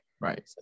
Right